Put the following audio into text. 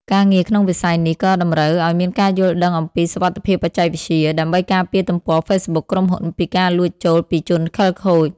ការងារក្នុងវិស័យនេះក៏តម្រូវឱ្យមានការយល់ដឹងអំពីសុវត្ថិភាពបច្ចេកវិទ្យា ដើម្បីការពារទំព័រហ្វេសប៊ុកក្រុមហ៊ុនពីការលួចចូលពីជនខិលខូច។